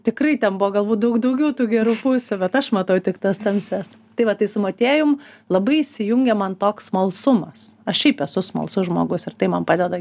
tikrai ten buvo galbūt daug daugiau tų gerų pusių bet aš matau tik tas tamsias tai va tai su motiejum labai įsijungia man toks smalsumas aš šiaip esu smalsus žmogus ir tai man padeda